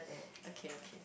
okay okay